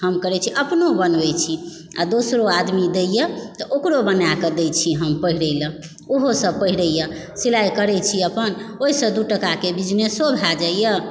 हम करै छी अपनो बनबै छी आओर दोसरो आदमी दैए तऽ ओकरो बना कऽ दै छी हम पहिरै लए ओहो सब पहिरै यऽ सिलाइ करै छी अपन ओहिसँ दू टाकाके बिजनेसो भऽ जाइए